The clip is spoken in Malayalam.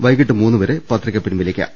വൈകിട്ട് മൂന്നുവരെ പത്രിക പിൻവലിക്കാം